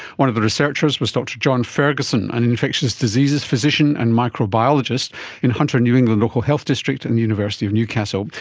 one of the researchers was dr john ferguson, an infectious diseases physician and microbiologist in hunter new england local health district and in the university of newcastle,